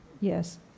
Yes